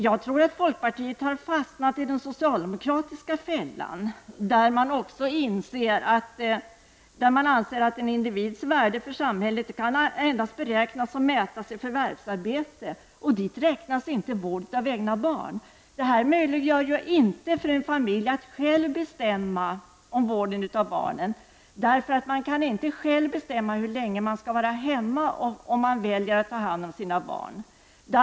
Jag tror att folkpartiet har fastnat i den socialdemokratiska fällan. Socialdemokraterna anser att en individs värde för samhället bara kan beräknas och mätas i förvärvsarbete. Dit räknas inte vård av egna barn. Det möjliggör inte för en familj att själv bestämma om vården av barnen. Man kan nämligen inte själv bestämma hur länge man skall vara hemma för att vårda sina barn.